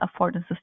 affordances